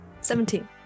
Seventeen